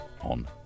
on